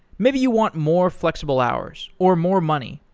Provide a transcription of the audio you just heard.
maybe you want more flexible hours, or more money,